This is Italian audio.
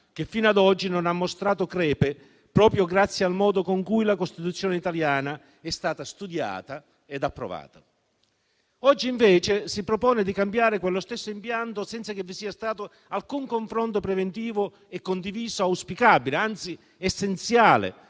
che fino ad oggi non ha mostrato crepe proprio grazie al modo con cui la Costituzione italiana è stata studiata e approvata. Oggi invece si propone di cambiare quello stesso impianto senza che vi sia stato alcun confronto preventivo e condiviso, auspicabile, anzi essenziale,